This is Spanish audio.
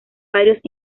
varios